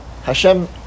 Hashem